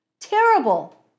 Terrible